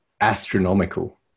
astronomical